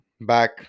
back